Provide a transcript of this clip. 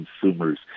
consumers